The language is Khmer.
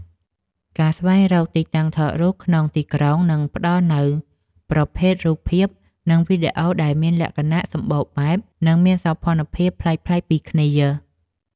ការស្វែងរកទីតាំងថតរូបក្នុងទីក្រុង នឹងផ្ដល់នូវប្រភេទរូបភាព និងវីដេអូដែលមានលក្ខណៈសម្បូរបែប និងមានសោភ័ណភាពប្លែកៗពីគ្នា។